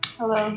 Hello